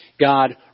God